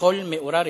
בכל מאורה ריקה?